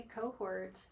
cohort